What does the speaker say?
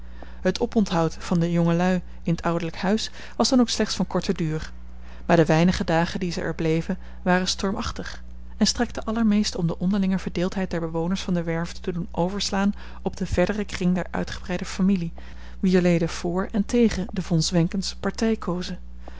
het oponthoud van de jongelui in t ouderlijk huis was dan ook slechts van korten duur maar de weinige dagen die zij er bleven waren stormachtig en strekten allermeest om de onderlinge verdeeldheid der bewoners van de werve te doen overslaan op den verderen kring der uitgebreide familie wier leden vr en tegen de von zwenkens partij kozen